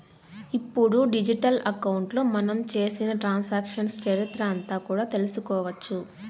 ఇప్పుడు డిజిటల్ అకౌంట్లో మనం చేసిన ట్రాన్సాక్షన్స్ చరిత్ర అంతా కూడా తెలుసుకోవచ్చు